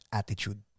attitude